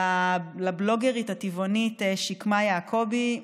לבלוגרית הטבעונית שקמה יעקבי,